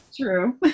true